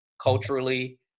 culturally